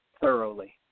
thoroughly